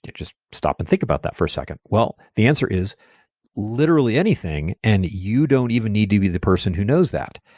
just stop and think about that for a second. well, the answer is literally anything, and you don't even need to be the person who knows that.